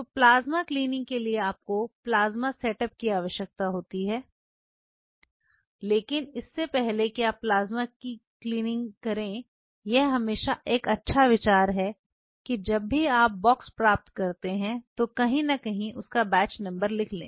तो प्लाज्मा सफाई के लिए आपको प्लाज्मा सेटअप की आवश्यकता होती है लेकिन इससे पहले कि आप प्लाज्मा की सफाई करें यह हमेशा एक अच्छा विचार है जब भी आप बॉक्स प्राप्त करते हैं तो कहीं न कहीं उसका बैच नंबर लिख लें